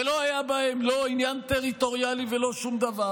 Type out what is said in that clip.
ולא היה בהם עניין טריטוריאלי ולא שום דבר,